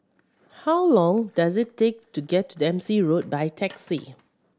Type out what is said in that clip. how long does it take to get to Dempsey Road by taxi